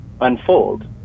unfold